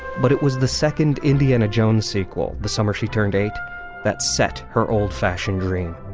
but it was the second indiana jones sequel the summer she turned eight that set her old fashioned green.